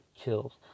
chills